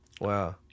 Wow